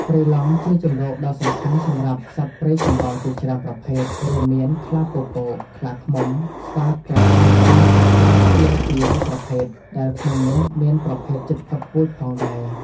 ព្រៃឡង់ជាជម្រកដ៏សំខាន់សម្រាប់សត្វព្រៃកម្រជាច្រើនប្រភេទ រួមមានខ្លាពពក ខ្លាឃ្មុំ ស្វាត្រសេះ និងសត្វស្លាបជាង ២០០ ប្រភេទ ដែលក្នុងនោះមានប្រភេទជិតផុតពូជផងដែរ។